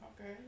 okay